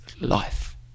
life